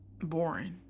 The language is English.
boring